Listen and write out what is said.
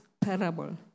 parable